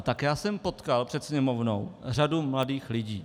Tak já jsem potkal před Sněmovnou řadu mladých lidí.